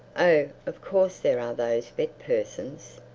oh of course there are those vet persons,